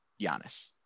Giannis